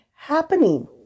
Happening